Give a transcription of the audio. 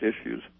issues